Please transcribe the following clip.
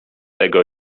tego